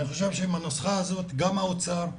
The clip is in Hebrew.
אני חושב שעם הנוסחה הזאת גם האוצר,